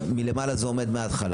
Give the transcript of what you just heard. מלמעלה זה עומד כל הזמן.